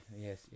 yes